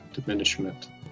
diminishment